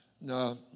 no